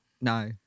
No